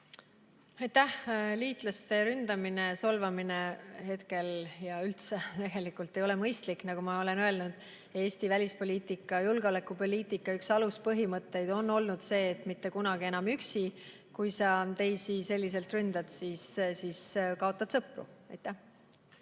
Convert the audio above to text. Aitäh! Liitlaste ründamine ja solvamine hetkel ja üldse ei ole mõistlik. Nagu ma olen öelnud, Eesti välispoliitika ja julgeolekupoliitika üks aluspõhimõtteid on olnud: mitte kunagi enam üksi. Kui sa teisi selliselt ründad, siis kaotad sõpru. Aitäh!